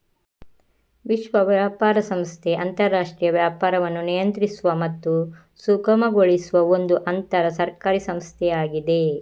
ವಿಶ್ವ ವ್ಯಾಪಾರ ಸಂಸ್ಥೆ ಅಂತರಾಷ್ಟ್ರೀಯ ವ್ಯಾಪಾರವನ್ನು ನಿಯಂತ್ರಿಸುವ ಮತ್ತು ಸುಗಮಗೊಳಿಸುವ ಒಂದು ಅಂತರ ಸರ್ಕಾರಿ ಸಂಸ್ಥೆಯಾಗಿದೆ